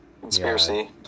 conspiracy